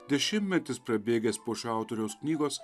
dešimtmetis prabėgęs po šio autoriaus knygos